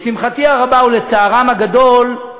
לשמחתי הרבה, ולצערם הגדול,